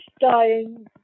dying